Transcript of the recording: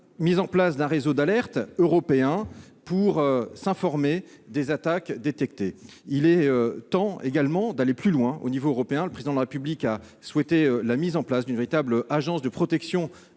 mise en place d'un réseau d'alerte européen pour s'informer des attaques détectées. Il est temps d'aller plus loin au niveau de l'Union. Le Président de la République a ainsi souhaité la création d'une véritable agence de protection